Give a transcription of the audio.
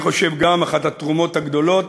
אני חושב גם שאחת התרומות הגדולות,